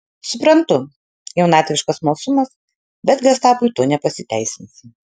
suprantu jaunatviškas smalsumas bet gestapui tuo nepasiteisinsi